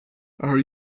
are